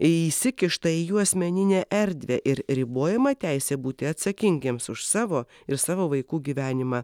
įsikišta į jų asmeninę erdvę ir ribojama teisė būti atsakingiems už savo ir savo vaikų gyvenimą